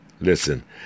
listen